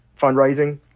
fundraising